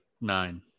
nine